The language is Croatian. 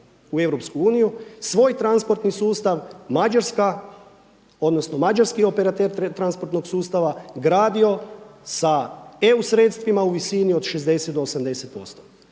u EU svoj transportni sustav Mađarska odnosno mađarski operater transportnog sustava gradio sa EU sredstvima u visini od 60 do 80%.